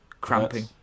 cramping